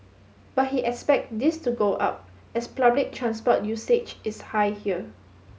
but he expect this to go up as public transport usage is high here